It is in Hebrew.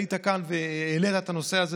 היית כאן והעלית את הנושא הזה,